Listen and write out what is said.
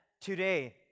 today